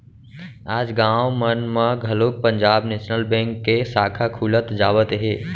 आज गाँव मन म घलोक पंजाब नेसनल बेंक के साखा खुलत जावत हे